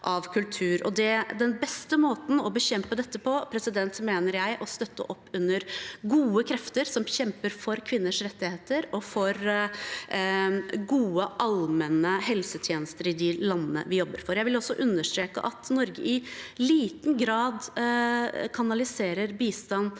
Den beste måten å bekjempe dette på mener jeg er å støtte opp under gode krefter som kjemper for kvinners rettigheter og for gode, allmenne helsetjenester i de landene vi jobber for. Jeg vil også understreke at Norge i liten grad kanaliserer bistand